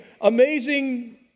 amazing